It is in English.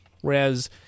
Whereas